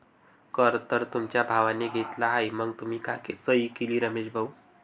कर तर तुमच्या भावाने घेतला आहे मग तुम्ही का सही केली रमेश भाऊ?